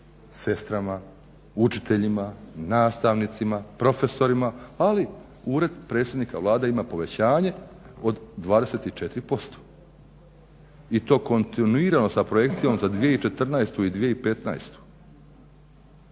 sestrama, učiteljima, nastavnicima, profesorima, ali Ured predsjednika Vlade ima povećanje od 24% i to kontinuirano sa projekcijom za 2014. i 2015.